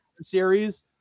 series